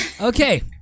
Okay